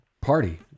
party